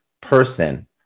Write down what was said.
person